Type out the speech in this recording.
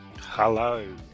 Hello